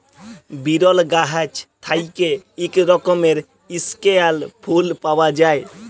বিরল গাহাচ থ্যাইকে ইক রকমের ইস্কেয়াল ফুল পাউয়া যায়